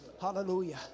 Hallelujah